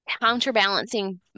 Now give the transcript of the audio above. counterbalancing